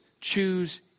choose